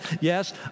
yes